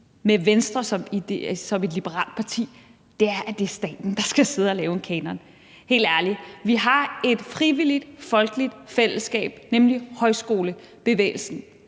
med Venstre som et liberalt parti, er, at det er staten, der skal sidde og lave en kanon. Helt ærligt, vi har et frivilligt, folkeligt fællesskab, nemlig højskolebevægelsen,